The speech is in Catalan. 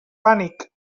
pànic